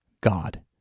God